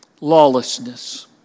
lawlessness